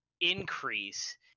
increase